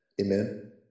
Amen